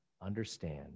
understand